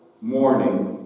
morning